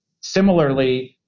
Similarly